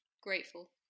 Grateful